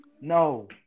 No